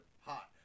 hot